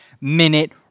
minute